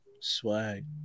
Swag